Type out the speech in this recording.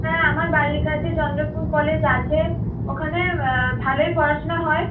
হ্যাঁ আমার বাড়ির কাছে চন্দ্রপুর কলেজ আছে ওখানে ভালোই পড়াশোনা হয়